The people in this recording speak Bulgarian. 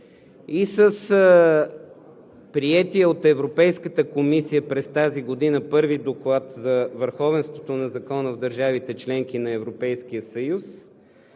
и с приетия от Европейската комисия през тази година първи доклад за върховенството на закона в държавите – членки на Европейския съюз,